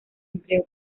empleó